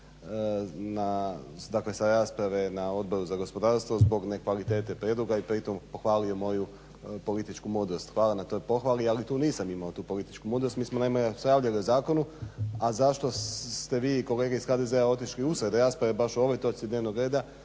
sa rasprave na Odboru za gospodarstvo zbog nekvalitete prijedloga i pritom hvalio moju političku mudrost. Hvala na toj pohvali ali tu nisam imao tu političku mudrost. Mi smo naime raspravljali o zakonu, a zašto ste vi i kolege iz HDZ-a otišli usred rasprave baš o ovoj točci dnevnog reda